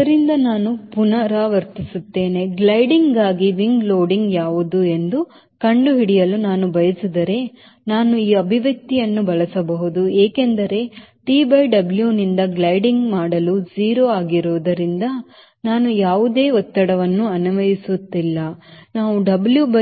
ಆದ್ದರಿಂದ ನಾನು ಪುನರಾವರ್ತಿಸುತ್ತೇನೆ ಗ್ಲೈಡಿಂಗ್ಗಾಗಿ wing ಲೋಡಿಂಗ್ ಯಾವುದು ಎಂದು ಕಂಡುಹಿಡಿಯಲು ನಾನು ಬಯಸಿದರೆ ನಾನು ಈ ಅಭಿವ್ಯಕ್ತಿಯನ್ನು ಬಳಸಬಹುದು ಏಕೆಂದರೆ TW ನಿಂದ ಗ್ಲೈಡಿಂಗ್ ಮಾಡಲು 0 ಆಗಿರುವುದರಿಂದ ನಾನು ಯಾವುದೇ ಒತ್ತಡವನ್ನು ಅನ್ವಯಿಸುತ್ತಿಲ್ಲ ನಾವು